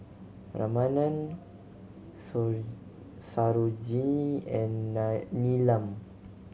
Ramanand Sarojini and Neelam